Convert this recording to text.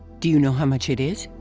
do you know how much it is?